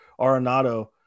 Arenado